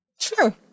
Sure